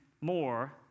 more